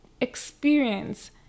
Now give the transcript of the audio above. experience